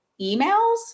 emails